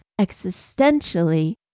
existentially